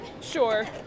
sure